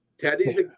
Teddy's